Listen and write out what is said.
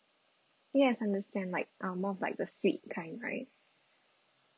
yes understand like uh more of like the suite kind right